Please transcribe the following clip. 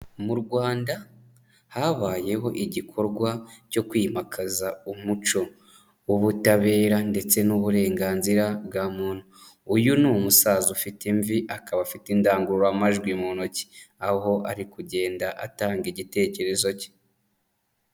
Mu Rwanda habayeho igikorwa cyo kwimakaza umuco w'ubutabera ndetse n'uburenganzira bwa muntu, uyu ni umusaza ufite imvi akaba afite indangururamajwi mu ntoki aho ari kugenda atanga igitekerezo ke.